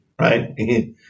right